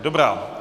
Dobrá.